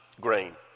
grain